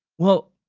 well,